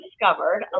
discovered